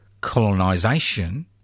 colonisation